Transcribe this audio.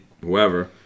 whoever